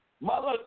Mother